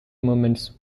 moments